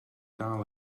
dal